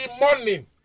morning